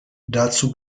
dazu